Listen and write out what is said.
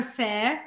fair